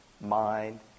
mind